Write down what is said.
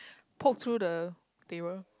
poke through the table